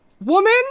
woman